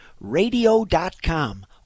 radio.com